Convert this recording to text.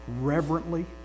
reverently